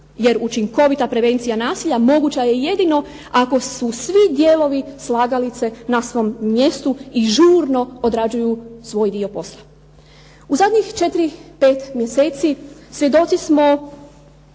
jer učinkovita prevencija nasilja moguća je jedino ako je svaki dio slagalice na svome mjestu i žurno odrađuju svoj dio posla. U zadnjih nekoliko 4, 5 mjeseci svjedoci smo